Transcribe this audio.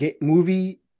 movie